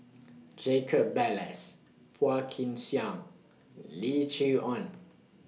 Jacob Ballas Phua Kin Siang Lim Chee Onn